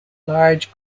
large